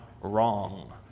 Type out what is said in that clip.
wrong